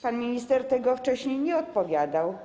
Pan minister na to wcześniej nie odpowiadał.